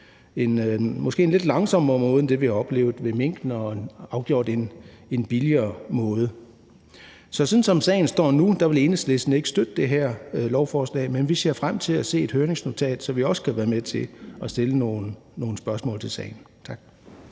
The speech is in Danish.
måske lidt langsommere måde end det, vi har oplevet i forbindelse med minkene, og afgjort på en billigere måde. Så sådan som sagen står nu, vil Enhedslisten ikke støtte det her lovforslag, men vi ser frem til at se et høringsnotat, så vi også kan være med til at stille nogle spørgsmål til sagen. Tak.